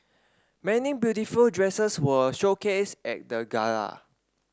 many beautiful dresses were showcased at the gala